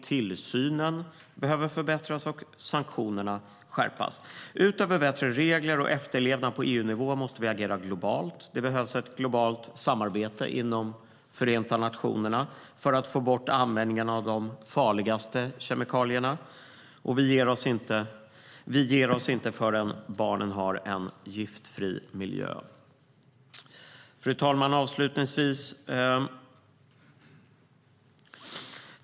Tillsynen behöver förbättras och sanktionerna skärpas. Utöver bättre regler och efterlevnad på EU-nivå måste vi även agera globalt. Det behövs ett globalt samarbete inom Förenta nationerna för att få bort användningen av de farligaste kemikalierna. Vi ger oss inte förrän barnen har en giftfri miljö. Fru talman!